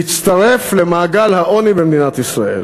להצטרף למעגל העוני במדינת ישראל,